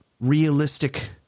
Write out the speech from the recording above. realistic